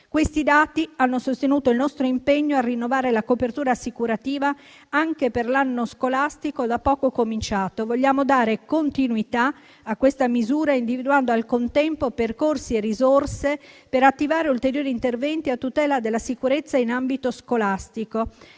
Questi dati hanno sostenuto il nostro impegno a rinnovare la copertura assicurativa anche per l'anno scolastico da poco cominciato. Vogliamo dare continuità a questa misura, individuando al contempo percorsi e risorse per attivare ulteriori interventi a tutela della sicurezza in ambito scolastico.